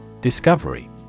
Discovery